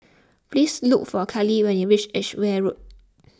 please look for Carly when you reach Edgeware Road